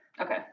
Okay